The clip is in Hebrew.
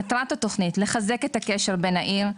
מטרת התכנית לחזק את הקשר בין העיר,